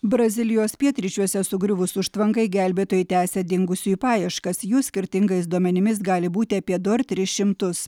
brazilijos pietryčiuose sugriuvus užtvankai gelbėtojai tęsia dingusiųjų paieškas jų skirtingais duomenimis gali būti apie du ar tris šimtus